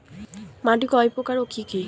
মাটি কয় প্রকার ও কি কি?